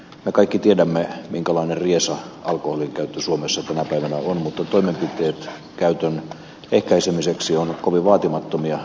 me kaikki tiedämme minkälainen riesa alkoholin käyttö suomessa tänä päivänä on mutta toimenpiteet käytön ehkäisemiseksi ovat kovin vaatimattomia